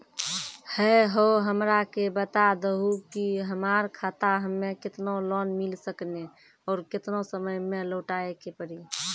है हो हमरा के बता दहु की हमार खाता हम्मे केतना लोन मिल सकने और केतना समय मैं लौटाए के पड़ी?